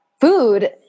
food